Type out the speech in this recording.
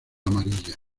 amarilla